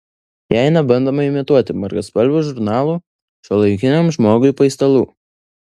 jei nebandoma imituoti margaspalvių žurnalų šiuolaikiniam žmogui paistalų